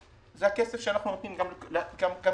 זה הכסף שאנחנו נותנים גם כתמחור.